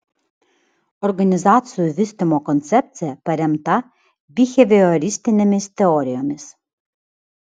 organizacijų vystymo koncepcija paremta bihevioristinėmis teorijomis